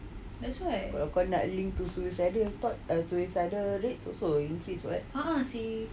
kalau nak link to suicidal thought suicidal rates also increase [what]